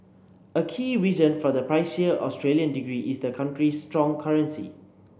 a key reason for the pricier Australian degree is the country's strong currency